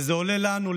וזה עולה לנו,